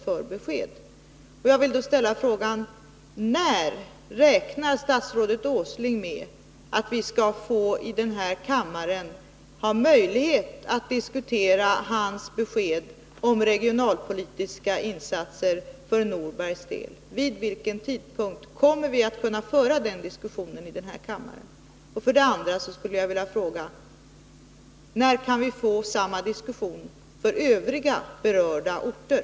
Jag vill för det första ställa frågan: När räknar statsrådet Åsling med att vi i den här kammaren skall få möjlighet att diskutera hans besked om regionalpolitiska insatser för Norbergs del? Vid vilken tidpunkt kommer vi att kunna föra den diskussionen i den här kammaren? För det andra skulle jag vilja fråga: När kan vi få samma diskussion för övriga berörda orter?